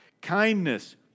kindness